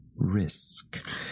Risk